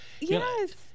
Yes